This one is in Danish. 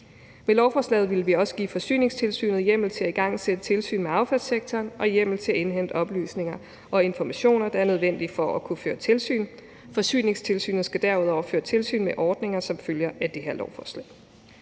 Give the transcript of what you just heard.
Med lovforslaget vil vi også give Forsyningstilsynet hjemmel til at igangsætte tilsyn med affaldssektoren og hjemmel til at indhente oplysninger og informationer, der er nødvendige for at kunne føre tilsyn. Forsyningstilsynet skal derudover føre tilsyn med ordninger, som følger af det her lovforslag.